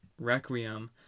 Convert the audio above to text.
Requiem